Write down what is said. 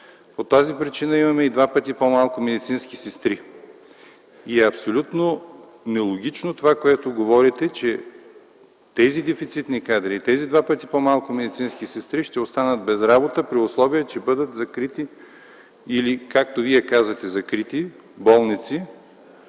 По тази причина имаме и два пъти по-малко медицински сестри. Абсолютно нелогично е това, което говорите, че тези дефицитни кадри и тези два пъти по-малко медицински сестри ще останат без работа, при условие че бъдат закрити, или както Вие казахте „закрити болници”.